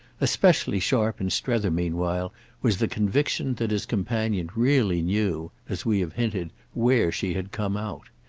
especially sharp in strether meanwhile was the conviction that his companion really knew, as we have hinted, where she had come out.